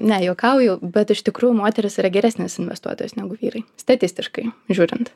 ne juokauju bet iš tikrųjų moterys yra geresnės investuotojos negu vyrai statistiškai žiūrint